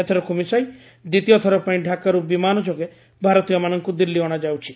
ଏଥରକୁ ମିଶାଇ ଦ୍ୱିତୀୟ ଥର ପାଇଁ ଢାକାରୁ ବିମାନ ଯୋଗେ ଭାରତୀୟମାନଙ୍କୁ ଦିଲ୍ଲୀ ଅଣାଯାଉଛି